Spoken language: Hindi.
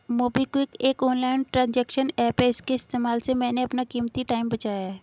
मोबिक्विक एक ऑनलाइन ट्रांजेक्शन एप्प है इसके इस्तेमाल से मैंने अपना कीमती टाइम बचाया है